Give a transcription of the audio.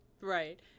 Right